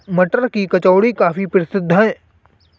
मटर की कचौड़ी काफी प्रसिद्ध है